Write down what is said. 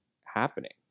happening